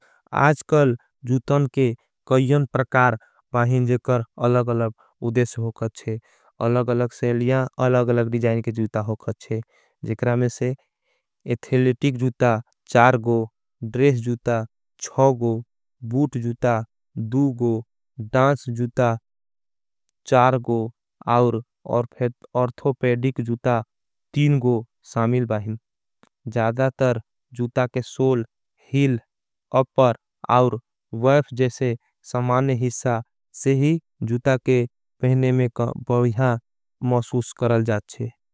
आजकल जूतन के कईयों प्रकार पाहिं जेकर अलग अलग। उदेश हो खच्ये अलग अलग सेलिया अलग अलग डिजाइन। के जूता हो खच्ये एथिलेटिक जूता चार गो ड्रेश जूता छाओ। गो बूट जूता दू गो डांस जूता चार गो और और्थोपेडिक जूता। तीन गो सामिल बाहिन जादा तर जूता के सोल हील। अपर आउर वैफ जैसे समाने हिस्सा से ही जूता। के पहने में का बढ़िया मौसूस करल जाच्छे।